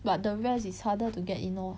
but the rest is harder to get in lor